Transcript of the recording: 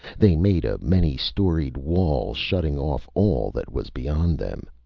they made a many-storied wall shutting off all that was beyond them.